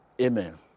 amen